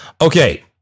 Okay